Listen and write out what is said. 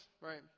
right